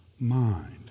mind